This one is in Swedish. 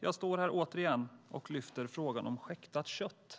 Jag står här återigen och lyfter upp frågan om kött från djur som skäktats.